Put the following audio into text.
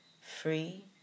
free